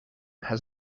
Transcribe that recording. has